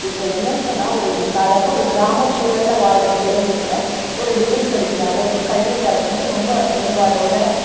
இப்போ என்னென்னு சொன்னால் ஒரு கி சாதாரண ஒரு கிராம சூழலில் வாழ்கிற பிள்ளைங்க கூட ஒரு டிகிரி படிக்கிற அளவுக்கு கல்வித் தரம் வந்து ரொம்ப மேம்பாட்டோடு